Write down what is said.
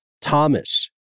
Thomas